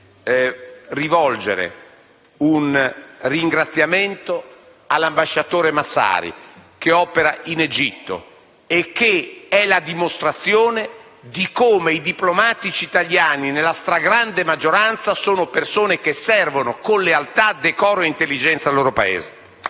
infine rivolgere un ringraziamento all'ambasciatore Massari, che opera in Egitto e che è la dimostrazione di come i diplomatici italiani, nella stragrande maggioranza, sono persone che servono con lealtà, decoro ed intelligenza il loro Paese.